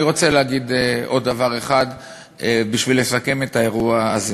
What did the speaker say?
אני רוצה להגיד עוד דבר אחד בשביל לסכם את האירוע הזה.